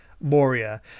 Moria